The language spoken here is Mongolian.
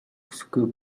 хүсэхгүй